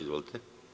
Izvolite.